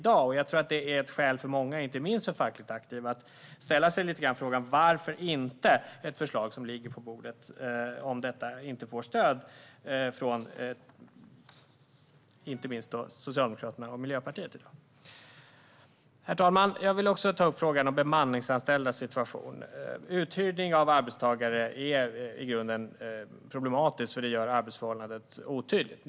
Jag tror att detta är ett skäl för många, inte minst för fackligt aktiva, att ställa sig frågan varför ett förslag om detta som ligger på bordet inte får stöd från - inte minst - Socialdemokraterna och Miljöpartiet. Herr talman! Jag vill också ta upp frågan om bemanningsanställdas situation. Uthyrning av arbetstagare är i grunden något problematiskt, eftersom det gör arbetsförhållandet otydligt.